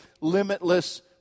limitless